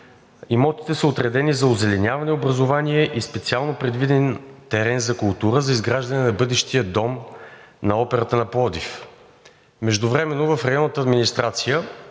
имотите са отредени за озеленяване, образование и специално предвиден терен за култура за изграждане на бъдещия Дом на операта на Пловдив. Междувременно в Районната администрация